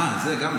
אה, גם זה נכון.